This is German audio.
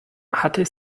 hatte